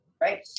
right